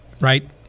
right